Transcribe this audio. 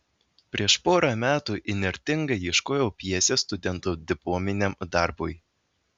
prieš porą metų įnirtingai ieškojau pjesės studentų diplominiam darbui